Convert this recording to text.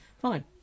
fine